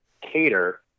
cater